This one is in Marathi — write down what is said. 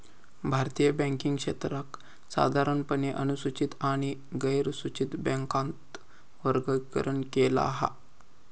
भारतीय बॅन्किंग क्षेत्राक साधारणपणे अनुसूचित आणि गैरनुसूचित बॅन्कात वर्गीकरण केला हा